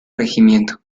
regimiento